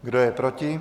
Kdo je proti?